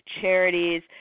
charities